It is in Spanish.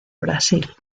brasil